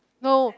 no